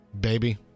baby